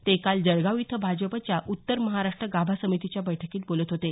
ते काल जळगाव इथं भाजपच्या उत्तर महाराष्ट्र गाभा समितीच्या बैठकीत बोलत होते